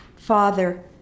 Father